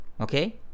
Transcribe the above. okay